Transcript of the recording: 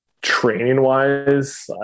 Training-wise